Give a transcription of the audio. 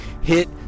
hit